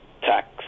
tax